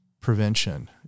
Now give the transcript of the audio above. prevention